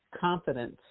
confidence